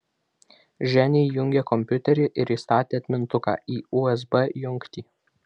ženia įjungė kompiuterį ir įstatė atmintuką į usb jungtį